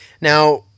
Now